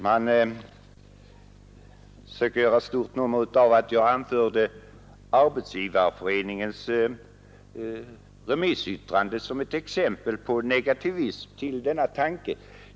Man gör ett stort nummer av att jag anförde Arbetsgivareföreningens remissyttrande som ett exempel på den negativa inställningen till denna tanke.